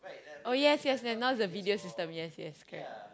oh yes yes yes now's the video system yes yes correct